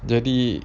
jadi